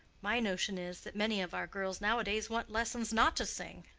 my notion is, that many of our girls nowadays want lessons not to sing.